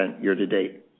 year-to-date